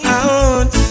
out